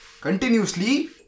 Continuously